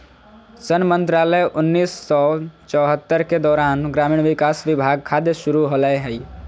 सन मंत्रालय उन्नीस सौ चैह्त्तर के दौरान ग्रामीण विकास विभाग खाद्य शुरू होलैय हइ